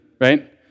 right